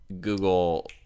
Google